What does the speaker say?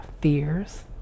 fears